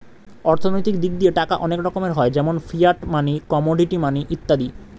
অর্থনৈতিক দিক দিয়ে টাকা অনেক রকমের হয় যেমন ফিয়াট মানি, কমোডিটি মানি ইত্যাদি